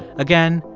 again,